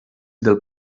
del